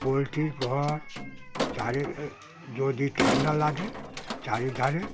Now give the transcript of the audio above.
পোলট্রির ঘর চারি যদি ঠান্ডা লাগে চারিধারে